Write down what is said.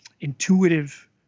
intuitive